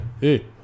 hey